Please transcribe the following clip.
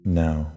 now